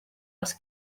els